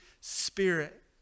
Spirit